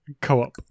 co-op